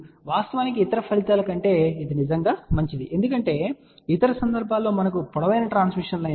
వాస్తవానికి ఇతర ఫలితాల కంటే ఇది నిజంగా మంచిది ఎందుకంటే ఇతర సందర్భాల్లో మనకు పొడవైన ట్రాన్స్మిషన్ లైన్ ఉంది